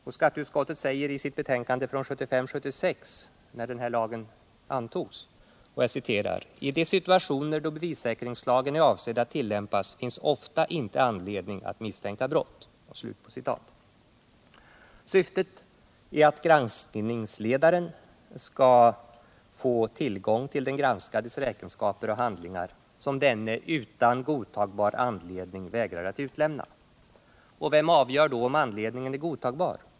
I sitt betänkande 1975/76:12, när denna lag antogs, sade skatteutskottet: ”I de situationer, då bevissäkringslagen är avsedd att tillämpas, finns ofta inte anledning misstänka brott.” Syftet med de föreslagna säkringsåtgärderna är att granskningsledaren skall få tillgång till de räkenskaper och andra handlingar som den granskade utan godtagbar anledning vägrar att utlämna. Vem avgör då om anledningen är godtagbar?